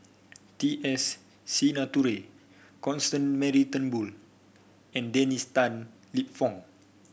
T S Sinnathuray Constance Mary Turnbull and Dennis Tan Lip Fong